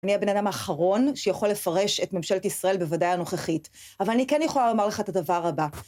אני הבן אדם האחרון שיכול לפרש את ממשלת ישראל בוודאי הנוכחית. אבל אני כן יכולה לומר לך את הדבר הבא.